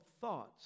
thoughts